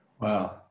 Wow